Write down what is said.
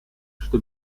что